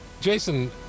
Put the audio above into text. Jason